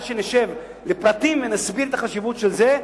שנשב לפרטים ונסביר את החשיבות של זה?